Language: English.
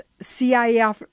CIA